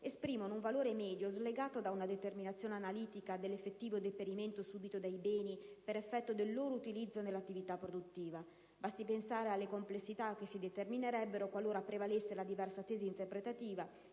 esprimono un valore medio slegato da una determinazione analitica dell'effettivo deperimento subito dai beni per effetto del loro utilizzo nell'attività produttiva. Basti pensare alle complessità che si determinerebbero qualora prevalesse la diversa tesi interpretativa